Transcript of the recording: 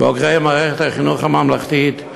בוגרי מערכת החינוך הממלכתית,